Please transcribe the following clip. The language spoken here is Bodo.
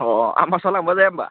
अ अ आमबासा लांबा जाया होनबा